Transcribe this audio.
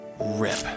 rip